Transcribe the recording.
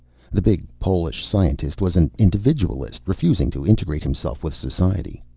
the big polish scientist was an individualist, refusing to integrate himself with society.